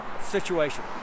situation